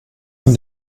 von